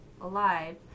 alive